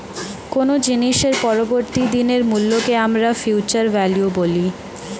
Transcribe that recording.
কোনো জিনিসের পরবর্তী দিনের মূল্যকে আমরা ফিউচার ভ্যালু বলি